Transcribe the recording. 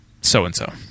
so-and-so